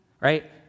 right